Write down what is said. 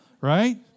right